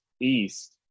east